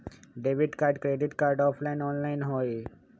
Debit card credit card offline online होई?